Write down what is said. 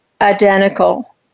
identical